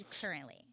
currently